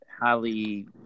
highly